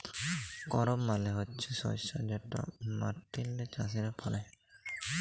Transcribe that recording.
করপ মালে হছে শস্য যেট মাটিল্লে চাষীরা ফলায়